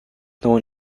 known